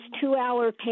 two-hour—